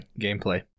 gameplay